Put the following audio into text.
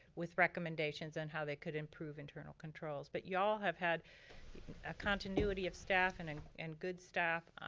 with recommendations on how they could improve internal controls, but y'all have had a continuity of staff and and and good staff